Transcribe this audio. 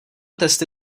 testy